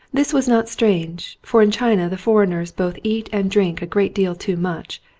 this was not strange, for in china the foreigners both eat and drink a great deal too much,